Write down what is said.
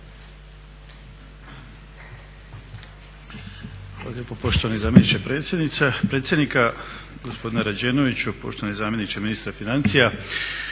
Hvala lijepo poštovani zamjeniče predsjednika, gospodine Rađenoviću, poštovani zamjeniče ministra financija.